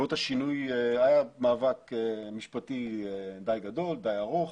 בעקבות השינוי היה מאבק משפטי די גדול, די ארוך.